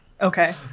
okay